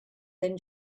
then